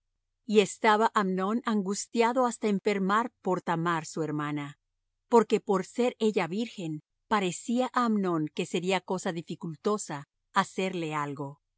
y estaba amnón angustiado hasta enfermar por thamar su hermana porque por ser ella virgen parecía á amnón que sería cosa dificultosa hacerle algo